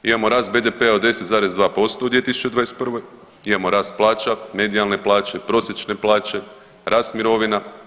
Imamo rast BDP-a od 10,2% u 2021., imamo rast plaća, medijalne plaće, prosječne plaće, rast mirovina.